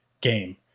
game